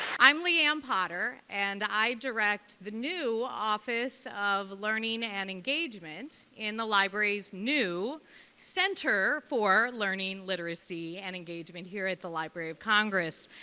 i'm leanne potter and i direct the new office of learning and engagement in the library's new center for learning, literacy and engagement here at the library of congress.